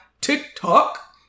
tiktok